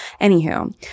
Anywho